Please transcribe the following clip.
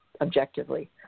objectively